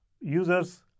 users